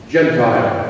Gentile